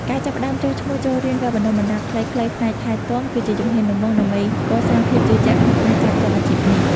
ការចាប់ផ្តើមចុះឈ្មោះចូលរៀនវគ្គបណ្តុះបណ្តាលខ្លីៗផ្នែកថែទាំ គឺជាជំហានដំបូងដើម្បីកសាងភាពជឿជាក់ក្នុងការចាប់យកអាជីពនេះ។